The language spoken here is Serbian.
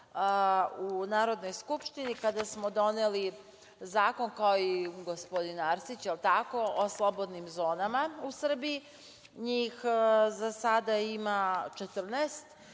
u Narodnoj skupštini, kada smo doneli zakon, kao i gospodin Arsić, o slobodnim zonama u Srbiji. NJih za sada ima 14.